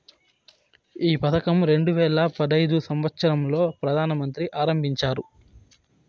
ఈ పథకం రెండు వేల పడైదు సంవచ్చరం లో ప్రధాన మంత్రి ఆరంభించారు